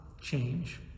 change